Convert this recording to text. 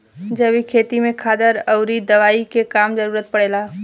जैविक खेती में खादर अउरी दवाई के कम जरूरत पड़ेला